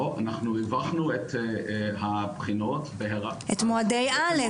אנחנו ריווחנו את הבחינות --- את מועדי א',